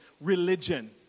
Religion